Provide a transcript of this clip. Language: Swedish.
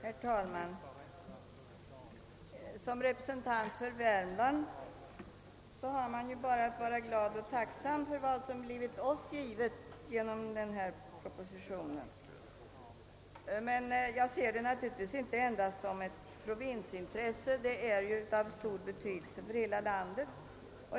Herr talman! Såsom representant för Värmland kan jag bara vara glad och tacksam för vad som kommit mitt landskap till del genom statsverkspropositionen i det nu aktuella avseendet. Jag ser emellertid självfallet inte denna fråga endast som ett provinsintresse. Den är av stor betydelse för hela landet.